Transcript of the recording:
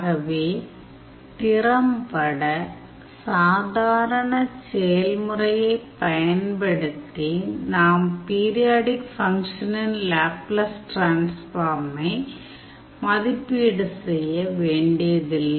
ஆகவே திறம்பட சாதாரண செயல்முறையைப் பயன்படுத்தி நாம் பீரியாடிக் ஃபங்க்ஷனின் லேப்லஸ் டிரான்ஸ்ஃபார்மை மதிப்பீடு செய்ய வேண்டியதில்லை